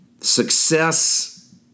Success